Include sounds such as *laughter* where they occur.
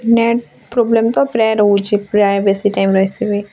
net problem ତ ପ୍ରାଏ ରହୁଛି ପ୍ରାଏ ବେଶି ଟାଇମ୍ *unintelligible*